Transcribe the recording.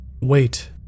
Wait